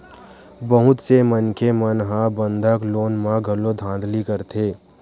बहुत से मनखे मन ह बंधक लोन म घलो धांधली करथे